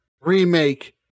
Remake